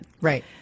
Right